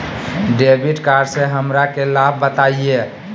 Debit card से हमरा के लाभ बताइए?